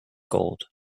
gold